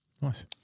nice